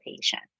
patient